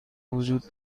وجود